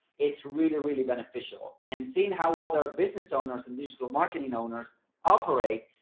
it's really, really beneficial and seeing how other business owners and digital marketing owners operate.